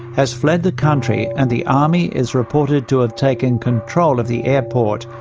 has fled the country and the army is reported to have taken control of the airport.